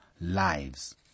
lives